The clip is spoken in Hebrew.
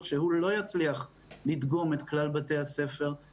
שהוא לא יצליח לדגום את כלל בתי הספר,